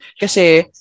kasi